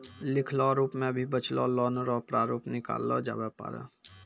लिखलो रूप मे भी बचलो लोन रो प्रारूप निकाललो जाबै पारै